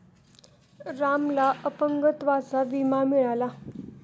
रामला अपंगत्वाचा विमा मिळाला